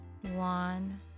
one